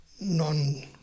non